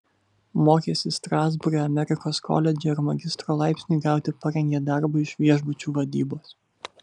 mokėsi strasbūre amerikos koledže ir magistro laipsniui gauti parengė darbą iš viešbučių vadybos